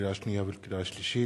לקריאה שנייה ולקריאה שלישית: